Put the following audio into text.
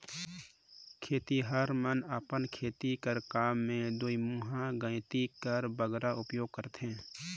खेतिहर मन अपन खेती कर काम मे दुईमुहा गइती कर बगरा उपियोग करथे